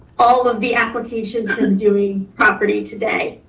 all of the applications that i'm doing property today.